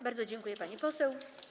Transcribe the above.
Bardzo dziękuję, pani poseł.